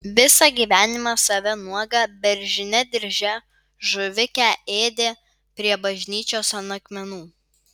visą gyvenimą save nuogą beržine dirže žuvikę ėdė prie bažnyčios ant akmenų